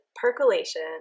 percolation